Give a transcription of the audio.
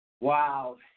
Wow